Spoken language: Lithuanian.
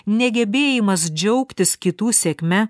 negebėjimas džiaugtis kitų sėkme